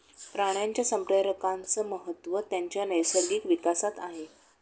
प्राण्यांच्या संप्रेरकांचे महत्त्व त्यांच्या नैसर्गिक विकासात आहे